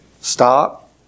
Stop